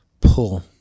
pull